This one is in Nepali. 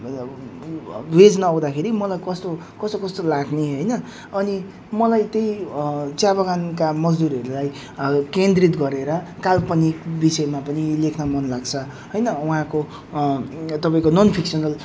वेज न आउँदाखेरि मलाई कस्तो कस्तो कस्तो लाग्ने होइन अनि मलाई त चिया बगानका मजदुरहरूलाई केन्द्रित गरेर काल्पनिक विषयमा पनि लेख्न मन लाग्छ होइन उहाँको तपाईँको नन फिक्सनल